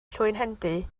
llwynhendy